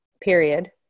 period